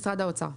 משרד האוצר.